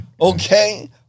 Okay